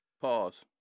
pause